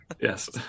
Yes